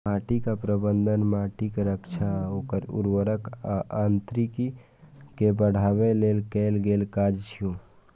माटि प्रबंधन माटिक रक्षा आ ओकर उर्वरता आ यांत्रिकी कें बढ़ाबै लेल कैल गेल काज छियै